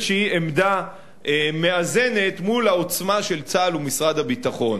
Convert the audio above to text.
עמדה מאזנת מול העוצמה של צה"ל ומשרד הביטחון.